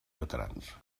veterans